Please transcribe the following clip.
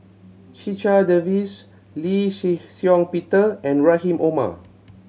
Checha Davies Lee Shih Shiong Peter and Rahim Omar